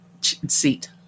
seat